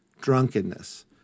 drunkenness